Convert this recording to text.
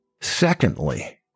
Secondly